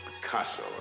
Picasso